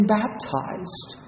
baptized